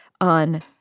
on